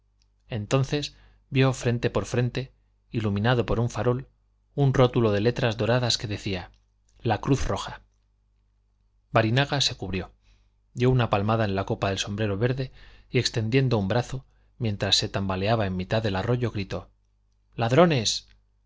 entonces vio frente por frente iluminado por un farol un rótulo de letras doradas que decía la cruz roja barinaga se cubrió dio una palmada en la copa del sombrero verde y extendiendo un brazo mientras se tambaleaba en mitad del arroyo gritó ladrones